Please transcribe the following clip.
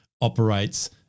operates